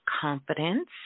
confidence